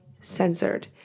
censored